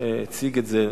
הציג את זה,